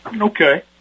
Okay